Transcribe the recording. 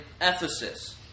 Ephesus